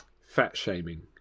fat-shaming